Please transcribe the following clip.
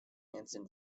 anton